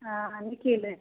ಹಾಂ ಹಂಗೆ ಕೀಲ